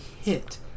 hit